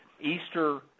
Easter